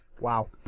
wow